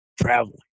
traveling